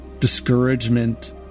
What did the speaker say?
discouragement